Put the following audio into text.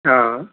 अँ